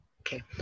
Okay